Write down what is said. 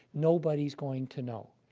nobody's going to know.